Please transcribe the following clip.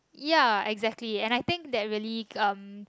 ya exactly and I think that really um